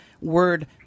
word